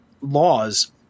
laws